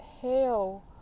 hell